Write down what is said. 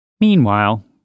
Meanwhile